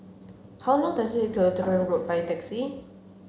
how long does it take to Lutheran Road by taxi